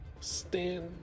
stand